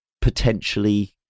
potentially